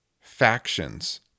factions